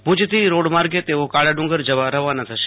ભુજથી રોડ માર્ગે તેઓ કાળા ડુંગર જવા રવાના થશે